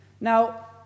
Now